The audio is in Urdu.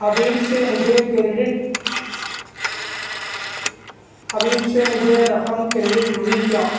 حبیب سے مجھے کریڈٹ حبیب سے مجھے رقم کریڈٹ ہوئی کیا